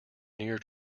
near